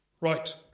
Right